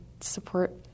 support